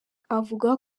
avuga